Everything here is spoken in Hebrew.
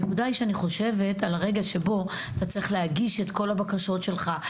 הנקודה היא שאני חושבת על הרגע שבו אתה צריך להגיש את כל הבקשות שלך,